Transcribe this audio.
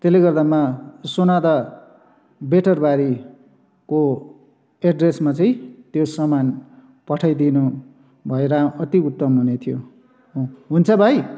त्यसले गर्दामा सोनादा बेटरबारीको एड्रेसमा चाहिँ त्यो सामान पठाइदिनु भए रा अति उत्तम हुने थियो हुन्छ भाइ